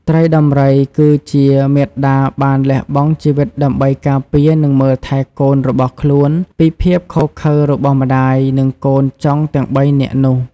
ត្រីដំរីគឺជាមាតាបានលះបង់ជីវិតដើម្បីការពារនិងមើលថែកូនរបស់ខ្លួនពីភាពឃោរឃៅរបស់ម្តាយ និងកូនចុងទាំង៣នាក់នោះ។